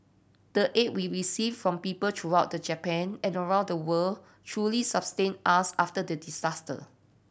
the aid we received from people throughout the Japan and around the world truly sustained us after the disaster